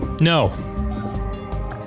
No